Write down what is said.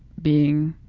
being